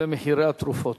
ומחירי התרופות.